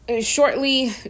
Shortly